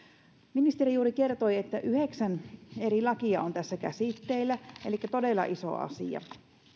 ministeri juuri kertoi että yhdeksän eri lakia on tässä käsitteillä elikkä tämä on todella iso asia